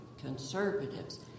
conservatives